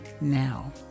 now